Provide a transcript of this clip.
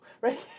right